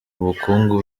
ubukungu